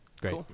Great